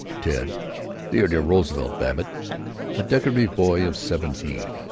ted theodore roosevelt babbitt a decorative boy of seventeen.